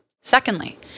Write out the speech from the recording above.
Secondly